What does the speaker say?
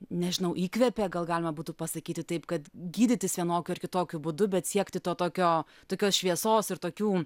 nežinau įkvėpė gal galima būtų pasakyti taip kad gydytis vienokiu ar kitokiu būdu bet siekti to tokio tokios šviesos ir tokių